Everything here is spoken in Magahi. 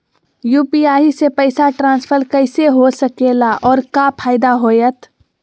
यू.पी.आई से पैसा ट्रांसफर कैसे हो सके ला और का फायदा होएत?